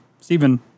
Stephen